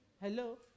Hello